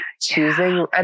choosing